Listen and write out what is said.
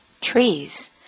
trees